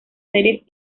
series